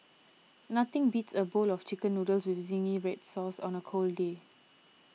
nothing beats a bowl of Chicken Noodles with Zingy Red Sauce on a cold day